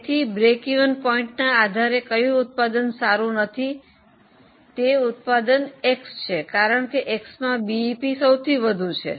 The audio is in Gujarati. તેથી સમતૂર બિંદુના આધારે કયું ઉત્પાદન સારું નથી તે ઉત્પાદન X છે કારણ કે X માં બીઈપી સૌથી વધુ છે